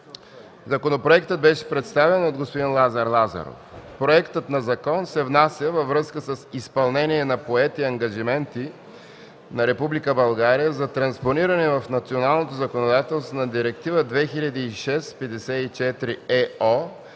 Законопроектът беше представен от господин Лазар Лазаров. Законопроектът се внася във връзка с изпълнение на поети ангажименти на Република България за транспониране в националното законодателство на Директива 2006/54/ЕО